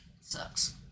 Sucks